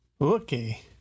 okay